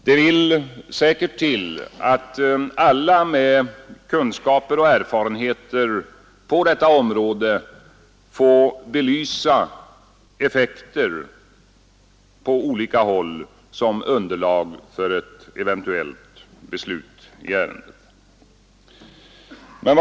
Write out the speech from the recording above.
Det vill säkert till att alla med kunskaper och erfarenheter på detta område får belysa effekter på olika håll som underlag för ett eventuellt beslut i ärendet.